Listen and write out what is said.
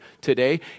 today